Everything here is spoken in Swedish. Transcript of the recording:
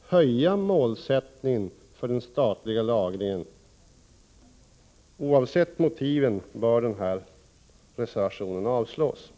höja målet för den statliga lagringen? Oavsett motivet bör den här reservationen avslås.